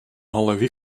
голові